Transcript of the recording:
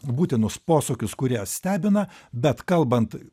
būtinus posūkius kurie stebina bet kalbant